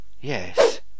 yes